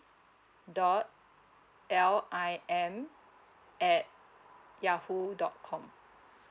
dot l i m at yahoo dot com